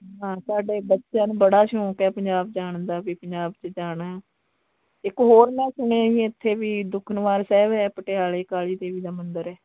ਹਾਂ ਸਾਡੇ ਬੱਚਿਆਂ ਨੂੰ ਬੜਾ ਸ਼ੌਂਕ ਹੈ ਪੰਜਾਬ ਜਾਣ ਦਾ ਵੀ ਪੰਜਾਬ 'ਚ ਜਾਣਾ ਇੱਕ ਹੋਰ ਮੈਂ ਸੁਣਿਆ ਵੀ ਇੱਥੇ ਵੀ ਦੁੱਖ ਨਿਵਾਰਨ ਸਾਹਿਬ ਹੈ ਪਟਿਆਲੇ ਕਾਲੀ ਦੇਵੀ ਦਾ ਮੰਦਰ ਹੈ